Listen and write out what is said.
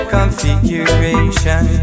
Configuration